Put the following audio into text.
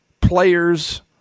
players